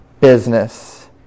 business